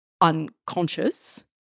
unconscious